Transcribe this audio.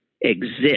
exist